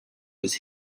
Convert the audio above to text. was